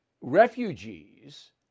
refugees